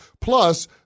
Plus